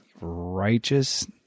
Righteous